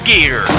Gear